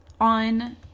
On